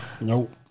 Nope